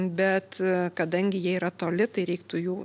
bet kadangi jie yra toli tai reiktų jų